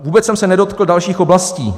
Vůbec jsem se nedotkl dalších oblastí.